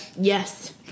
Yes